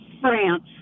France